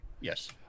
Yes